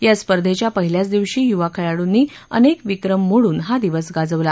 या स्पर्धेच्या पहिल्याच दिवशी युवा खेळाडूनी अनेक विक्रम मोडून हा दिवस गाजवला